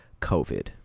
covid